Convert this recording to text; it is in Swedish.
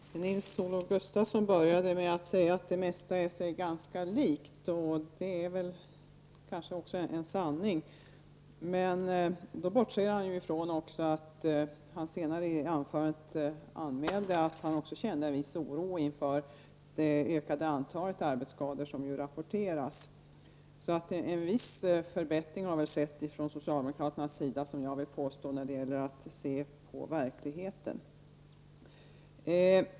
Herr talman! Nils-Olof Gustafsson började med att säga att det mesta är sig ganska likt, och det är kanske också en sanning. Men då bortser han från att han senare i anförandet anmälde att han också känner en viss oro inför det ökade antalet arbetsskador som rapporteras. Så en viss förbättring har väl skett från socialdemokraternas sida när det gäller att se på verkligheten, vill jag påstå.